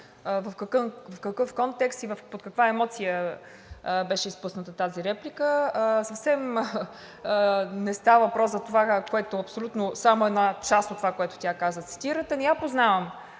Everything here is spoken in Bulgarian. в какъв контекст и под каква емоция беше изпусната тази реплика. Съвсем не става въпрос за това, което абсолютно е само една част от това, което тя каза, и цитирахте. Не познавам